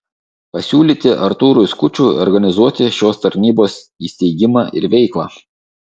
pasiūlyti artūrui skučui organizuoti šios tarnybos įsteigimą ir veiklą